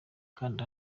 kanda